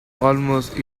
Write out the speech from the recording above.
almost